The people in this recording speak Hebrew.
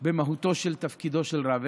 של מהותו, של תפקידו של רב.